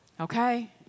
Okay